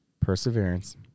Perseverance